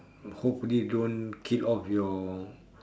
hopefully don't kill off your